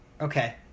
Okay